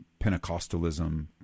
Pentecostalism